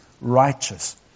righteous